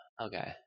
Okay